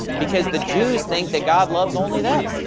because the jews think that god loves only them.